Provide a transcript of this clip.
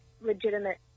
legitimate